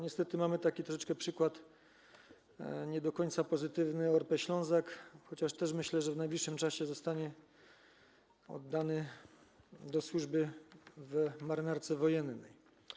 Niestety mamy taki przykład nie do końca pozytywny - ORP „Ślązak”, chociaż też myślę, że w najbliższym czasie zostanie oddany do służby w Marynarce Wojennej.